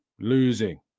losing